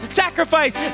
sacrifice